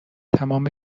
تمام